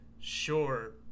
sure